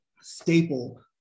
staple